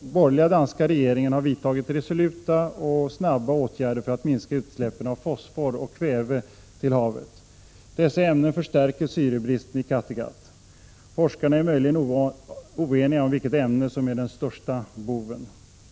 borgerliga regeringen har vidtagit resoluta och snabba åtgärder för att minska utsläppen av fosfor och kväve till havet. Dessa ämnen förstärker syrebristen i Kattegatt. Forskarna är möjligen oeniga om vilket ämne som är den största boven.